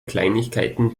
kleinigkeiten